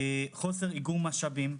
חוסר איגום משאבים: